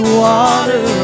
water